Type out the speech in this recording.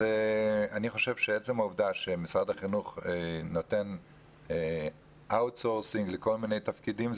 אני חושב שעצם העובדה שמשרד החינוך מאפשר מיקור חוץ לכל מיני תפקידים,